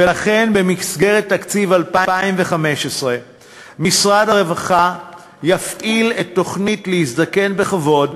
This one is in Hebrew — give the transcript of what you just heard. ולכן במסגרת תקציב 2015 משרד הרווחה יפעיל את תוכנית "להזדקן בכבוד"